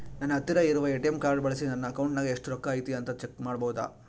ನನ್ನ ಹತ್ತಿರ ಇರುವ ಎ.ಟಿ.ಎಂ ಕಾರ್ಡ್ ಬಳಿಸಿ ನನ್ನ ಅಕೌಂಟಿನಾಗ ಎಷ್ಟು ರೊಕ್ಕ ಐತಿ ಅಂತಾ ಚೆಕ್ ಮಾಡಬಹುದಾ?